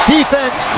Defense